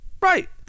Right